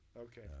Okay